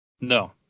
No